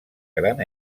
gran